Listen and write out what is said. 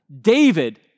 David